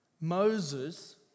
Moses